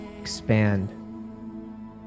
expand